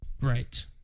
Right